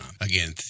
Again